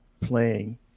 playing